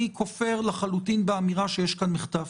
אני כופר לחלוטין באמירה שיש כאן מחטף.